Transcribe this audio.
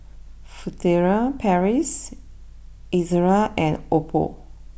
Furtere Paris Ezerra and Oppo